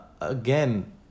Again